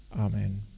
Amen